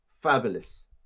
Fabulous